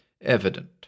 evident